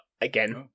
again